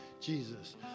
Jesus